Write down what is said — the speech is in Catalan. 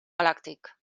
galàctic